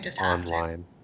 online